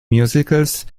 musicals